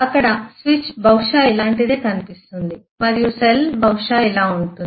అక్కడ స్విచ్ బహుశా ఇలాంటిదే కనిపిస్తుంది మరియు సెల్ బహుశా ఇలా ఉంటుంది